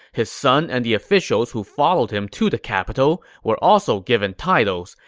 his son and the officials who followed him to the capital were also given titles.